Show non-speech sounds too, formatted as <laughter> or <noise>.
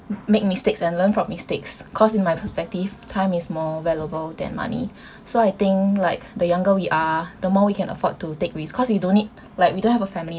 make mistakes and learn from mistakes cause in my perspective time is more valuable than money <breath> so I think like the younger we are the more we can afford to take risk cause we don't need like we don't have a family